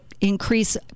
increase